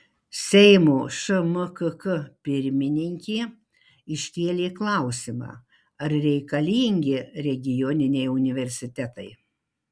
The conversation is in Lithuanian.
seimo šmkk pirmininkė iškėlė klausimą ar reikalingi regioniniai universitetai